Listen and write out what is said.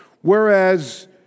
whereas